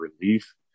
relief